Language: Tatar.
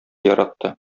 яратты